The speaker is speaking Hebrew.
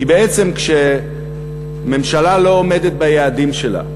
כי בעצם כשממשלה לא עומדת ביעדים שלה,